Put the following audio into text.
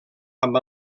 amb